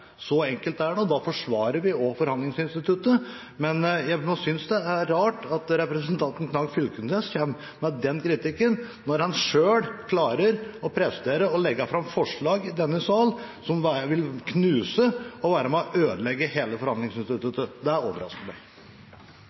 Så enkelt er det. Og da forsvarer vi forhandlingsinstituttet. Men jeg synes det er rart at representanten Knag Fylkesnes kommer med den kritikken når han selv presterer å legge fram forslag i denne salen som ville være med på knuse og ødelegge hele forhandlingsinstituttet. Det overrasker